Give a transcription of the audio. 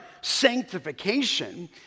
sanctification